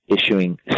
issuing